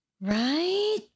right